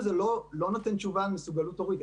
האבחון הזה לא נותן תשובה למסוגלות הורית,